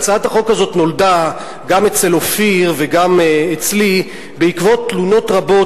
הצעת החוק הזו נולדה גם אצל אופיר וגם אצלי בעקבות תלונות רבות